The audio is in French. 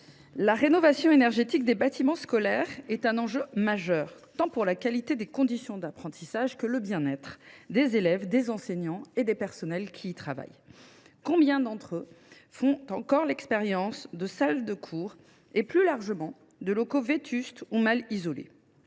la rénovation énergétique des bâtiments scolaires est un enjeu majeur, tant pour la qualité des conditions d’apprentissage que pour le bien être des élèves, des enseignants et du personnel municipal qui y travaille. Combien d’entre eux font encore l’expérience de salles de cours et, plus largement, de locaux vétustes ou mal isolés !